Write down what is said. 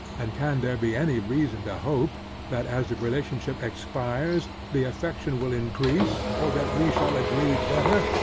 and can there be any reason to hope, that as the relationship expires, the affection will increase, or that we shall agree better,